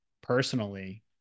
personally